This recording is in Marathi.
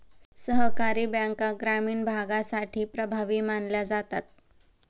सहकारी बँका ग्रामीण भागासाठी प्रभावी मानल्या जातात